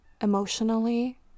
emotionally